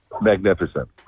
magnificent